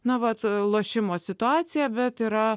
nuolat lošimo situacija bet yra